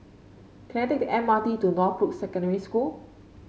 can I take the M R T to Northbrook Secondary School